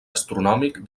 astronòmic